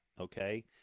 okay